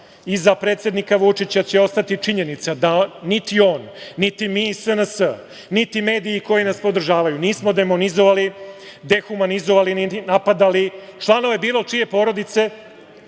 Iza predsednika Vučića će ostati činjenica da niti on, niti mi iz SNS, niti mediji koji nas podržavaju nismo demonizovali, dehumanizovali i napadali članove bilo čije porodice,